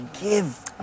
give